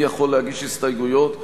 מי יכול להגיש הסתייגויות,